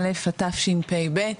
היום 16 בפברואר 2022, ט"ו באדר א' התשפ"ב.